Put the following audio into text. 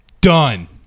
Done